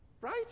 Right